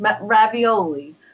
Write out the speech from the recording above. Ravioli